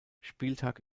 spieltag